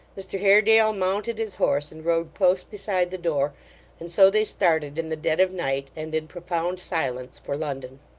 mr haredale mounted his horse and rode close beside the door and so they started in the dead of night, and in profound silence, for london.